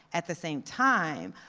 at the same time,